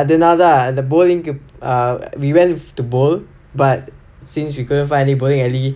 அதுனாதா இந்த:athunaathaa intha bowling க்கு:ekku err we went to bowl but since we couldn't find any bowling alley